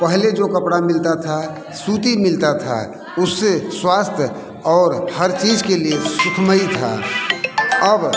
पहले जो कपड़ा मिलता था सूती मिलता था उससे स्वास्थ्य और हर चीज के लिए सुखमयी था अब